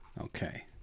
okay